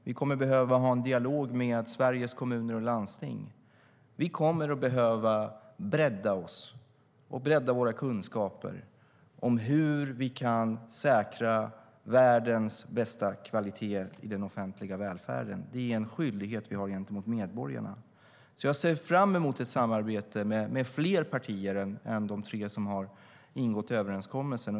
Vi kommer att behöva ha en dialog med Sveriges Kommuner och Landsting. Vi kommer att behöva bredda oss och bredda våra kunskaper om hur vi kan säkra världens bästa kvalitet i den offentliga välfärden. Det är en skyldighet vi har gentemot medborgarna. Jag ser fram emot ett samarbete med fler partier än de tre som har ingått överenskommelsen.